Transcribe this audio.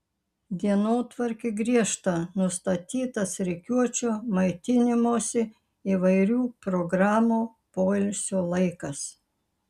dienotvarkė griežta nustatytas rikiuočių maitinimosi įvairių programų poilsio laikas